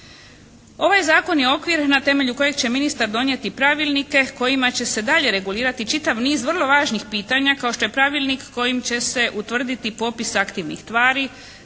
Ovaj zakon je okvir na temelju kojeg će ministar donijeti pravilnike kojima će se dalje regulirati čitav niz vrlo važnih pitanja kao što je pravilnik kojim će se utvrditi popis aktivnih tvari.